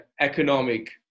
economic